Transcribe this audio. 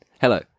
Hello